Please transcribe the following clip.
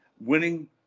winning